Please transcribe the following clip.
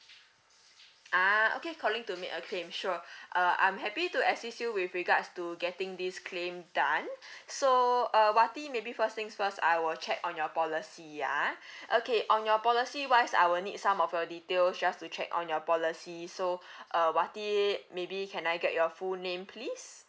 ah okay calling to make a claim sure uh I'm happy to assist you with regards to getting this claim done so uh wati maybe first things first I will check on your policy ya okay on your policy wise I will need some of your details just to check on your policy so uh wati maybe can I get your full name please